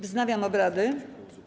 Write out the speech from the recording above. Wznawiam obrady.